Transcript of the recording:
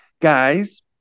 Guys